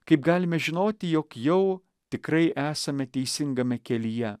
kaip galime žinoti jog jau tikrai esame teisingame kelyje